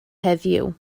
heddiw